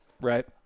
Right